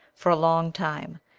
for a long time,